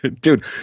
Dude